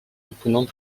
cependant